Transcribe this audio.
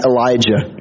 Elijah